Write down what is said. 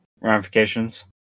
ramifications